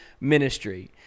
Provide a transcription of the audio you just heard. ministry